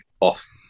off